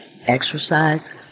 Exercise